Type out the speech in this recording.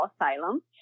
asylum